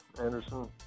Anderson